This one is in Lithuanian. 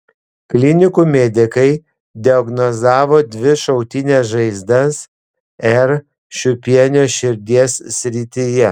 klinikų medikai diagnozavo dvi šautines žaizdas r šiupienio širdies srityje